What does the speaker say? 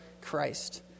Christ